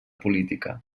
política